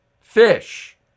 fish